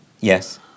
Yes